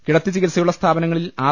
കിടത്തി ചികിത്സയുള്ള സ്ഥാപനങ്ങളിൽ ആർ